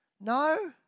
No